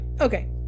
Okay